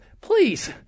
please